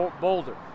boulder